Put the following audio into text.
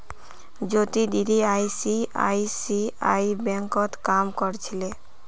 ज्योति दीदी आई.सी.आई.सी.आई बैंकत काम कर छिले